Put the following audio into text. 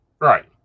Right